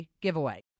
giveaway